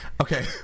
Okay